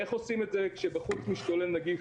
איך עושים את זה כשבחוץ משתולל נגיף?